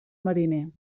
mariner